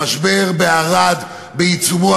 המשבר בערד בעיצומו,